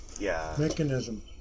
mechanism